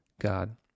God